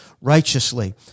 righteously